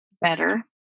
better